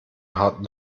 harten